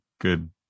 good